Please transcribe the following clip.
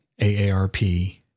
AARP